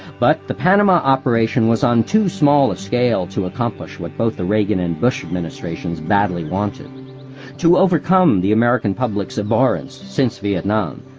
but the panama operation was on too small a scale to accomplish what both the reagan and bush administrations badly wanted to overcome the american public's abhorrence, since vietnam,